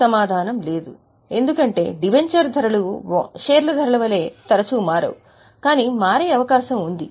అయినప్పటికీ సమాధానం లేదు ఎందుకంటే డిబెంచర్ ధరలు వాటా ధరల వలె తరచూ మారవు కానీ మారే అవకాశం ఉంది